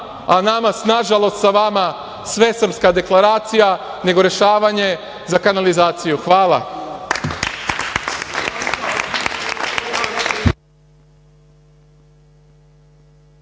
a nama nažalost sa vama, svesrpska deklaracija nego rešavanje za kanalizaciju. Hvala.